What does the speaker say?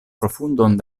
profundon